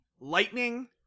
lightning